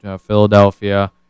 Philadelphia